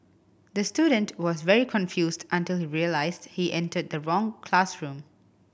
the student was very confused until he realised he entered the wrong classroom